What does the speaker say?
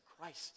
Christ